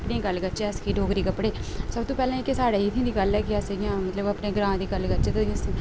कपड़े दी गल्ल करचै अस की डोगरी कपड़े सबतुं पैह्लें कि साढ़े इत्थें दी गल्ल ऐ कि अस इ'यां मतलव अपने ग्रां दी गल्ल करचै ते अस